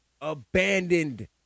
Abandoned